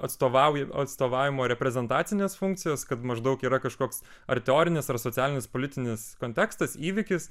atstovauja atstovavimo reprezentacines funkcijas kad maždaug yra kažkoks ar teorinis ar socialinis politinis kontekstas įvykis